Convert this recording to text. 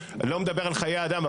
לא מדבר על חיי אדם,